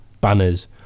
banners